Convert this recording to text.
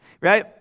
right